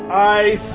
i